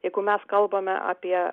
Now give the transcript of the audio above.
jeigu mes kalbame apie